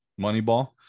Moneyball